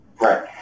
Right